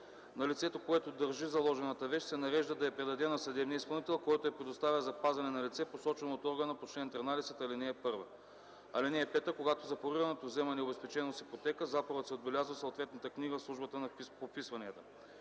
на лицето, което държи заложената вещ, се нарежда да я предаде на съдебния изпълнител, който я предоставя за пазене на лице, посочено от органа по чл. 13, ал. 1. (5) Когато запорираното вземане е обезпечено с ипотека, запорът се отбелязва в съответната книга в службата по вписванията.